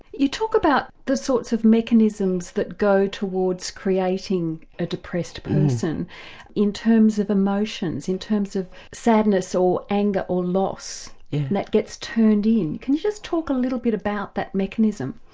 you talk about the sorts of mechanisms that go towards creating a depressed person in terms of emotions, in terms of sadness or anger or loss, and that gets turned in. can you just talk a little bit about that mechanism.